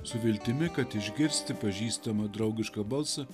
su viltimi kad išgirsti pažįstamą draugišką balsą